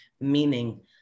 meaning